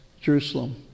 Jerusalem